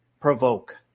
provoke